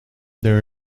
there